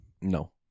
No